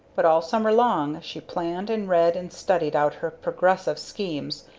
but all summer long she planned and read and studied out her progressive schemes,